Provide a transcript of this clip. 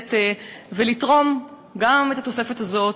כנסת ולתרום גם את התוספת הזאת,